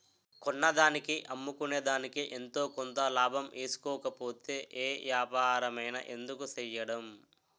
కొన్నదానికి అమ్ముకునేదికి ఎంతో కొంత లాభం ఏసుకోకపోతే ఏ ఏపారమైన ఎందుకు సెయ్యడం?